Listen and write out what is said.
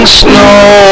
snow